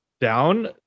down